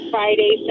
Friday